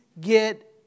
get